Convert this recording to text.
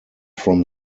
from